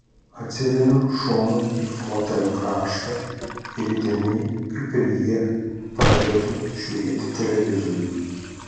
atsiremiu šonu į fotelio kraštą ir įdėmiai kaip ir jie pradedu žiūrėti televizorių